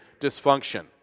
dysfunction